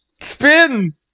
Spin